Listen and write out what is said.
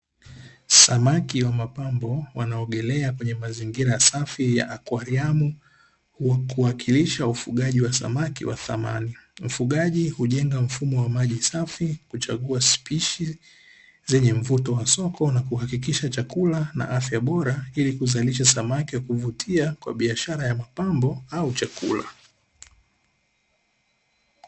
Samaki wa mapambo wanaogelea kwenye mazingira safi ya akwariamu kuwakilisha ufugaji wa samaki wa thamani. Mfugaji hujenga mfumo wa maji safi, kuchagua spishi zenye mvuto wa soko na kuhakikisha chakula na afya bora ili kuzalisha samaki wa kuvutia kwa biashara ya mapambo au chakula.